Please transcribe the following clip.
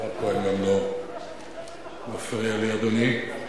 השר כהן גם לא מפריע לי, אדוני.